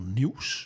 nieuws